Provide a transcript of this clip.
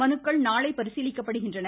மனுக்கள் நாளை பரிசீலிக்கப்படுகின்றன